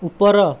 ଉପର